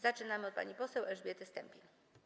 Zaczynamy od pani poseł Elżbiety Stępień.